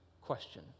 question